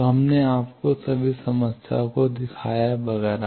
तो हमने आपको सभी समस्याओं को दिखाया है वगैरह